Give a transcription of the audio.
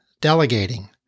delegating